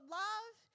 love